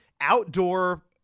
outdoor